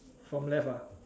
from left ah